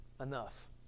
enough